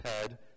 head